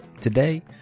Today